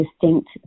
distinct